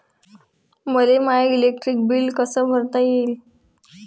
मले माय electric light bill कस भरता येईल?